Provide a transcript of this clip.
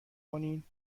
کنین